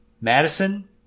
Madison